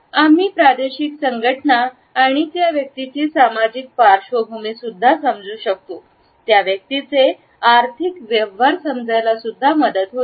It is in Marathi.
आम्ही प्रादेशिक संघटना आणि त्या व्यक्तीची सामाजिक पार्श्वभूमी समजू शकतो त्या व्यक्तीचे आर्थिक व्यवहार समजू शकतात